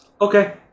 Okay